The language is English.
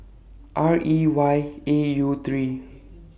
R E Y A U three